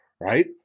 right